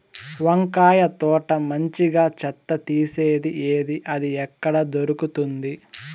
వంకాయ తోట మంచిగా చెత్త తీసేది ఏది? అది ఎక్కడ దొరుకుతుంది?